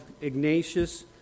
Ignatius